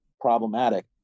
problematic